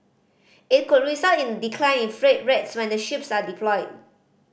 it could result in a decline in freight rates when the ships are deployed